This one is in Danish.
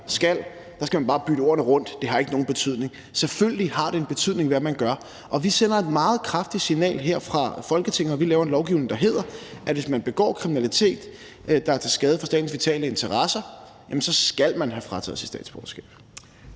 »skal«, kan man bare bytte ordene rundt, fordi det ingen betydning har. Selvfølgelig har det en betydning, hvad man gør. Og vi sender et meget kraftigt signal her fra Folketinget, når vi laver en lovgivning, der hedder, at hvis man begår kriminalitet, der er til skade for statens vitale interesser, så skal man have frataget sit statsborgerskab.